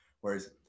Whereas